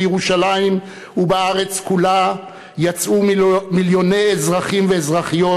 בירושלים ובארץ כולה יצאו מיליוני אזרחים ואזרחיות